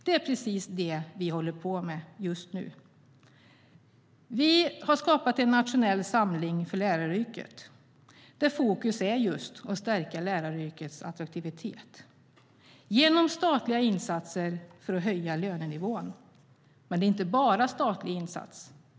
Det är precis det vi håller på med just nu. Vi har skapat en nationell samling för läraryrket, där fokus ligger på att stärka läraryrkets attraktivitet genom statliga insatser för att höja lönenivån. Men det är inte bara en statlig insats som krävs.